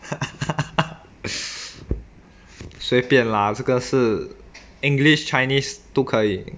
随便啦这个是 english chinese 都可以